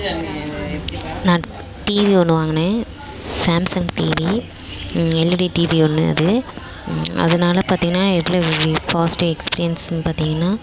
நான் டிவி ஒன்று வாங்கினேன் சாம்சங் டிவி எல்இடி டிவி ஒன்று அது அதனால பார்த்திங்ன்னா எவ்வளோ பாஸ்ட்டு எக்ஸ்பீரியன்ஸென்னு பார்த்திங்ன்னா